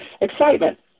excitement